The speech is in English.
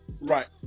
Right